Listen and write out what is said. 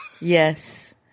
Yes